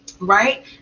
right